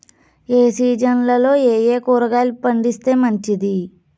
ఏ సీజన్లలో ఏయే కూరగాయలు పండిస్తే మంచిది